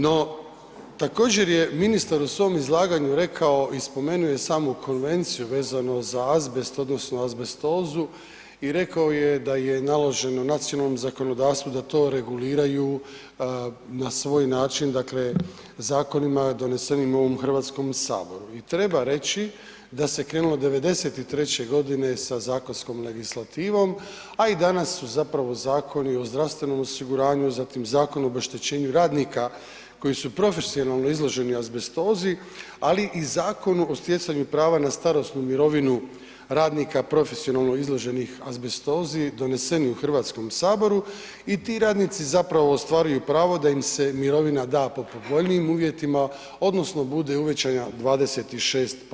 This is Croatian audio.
No, također je ministar u svom izlaganju rekao i spomenuo je samo konvenciju vezano za azbest odnosno azbestozu i rekao je da je naloženo nacionalnom zakonodavstvu da to reguliraju na svoj način dakle zakonima donesenim u ovom HS-u i treba reći da se krenulo 1993. godine sa zakonskom legislativom, a i danas su zapravo zakoni o zdravstvenom osiguranju, zatim Zakon o obeštećenju radnika koji su profesionalno izloženi azbestozi, ali i Zakonu o sjecanju prava na starosnu mirovinu radnika profesionalno izloženih azbestozi doneseni u HS-u i ti radnici zapravo ostvaruju pravo da im se mirovina da po povoljnijim uvjetima, odnosno bude uvećana 26%